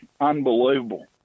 Unbelievable